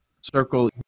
circle